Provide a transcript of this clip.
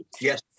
Yes